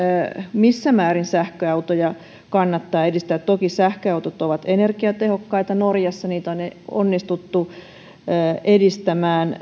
missä määrin sähköautoja kannattaa edistää toki sähköautot ovat energiatehokkaita norjassa niitä on onnistuttu edistämään